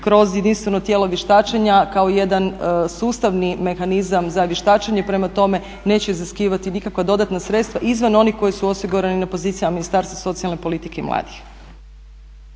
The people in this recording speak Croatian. kroz jedinstveno tijelo vještačenja kao jedan sustavni mehanizam za vještačenje. Prema tome, neće iziskivati nikakva dodatna sredstva izvan onih koji su osigurani na pozicijama Ministarstva socijalne politike i mladih.